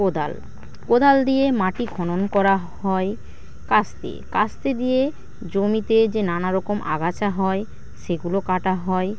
কোদাল কোদাল দিয়ে মাটি খনন করা হয় কাস্তে কাস্তে দিয়ে জমিতে যে নানারকম আগাছা হয় সেগুলো কাটা হয়